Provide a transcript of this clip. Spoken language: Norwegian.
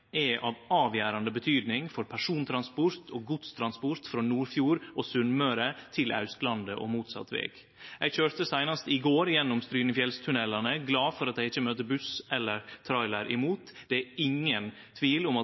er av avgjerande betyding for persontransport og godstransport frå Nordfjord og Sunnmøre til Austlandet og motsett veg. Eg køyrde seinast i går gjennom strynefjellstunnelane, glad for at eg ikkje fekk ein buss eller ein trailer imot. Det er ingen tvil om at